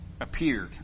appeared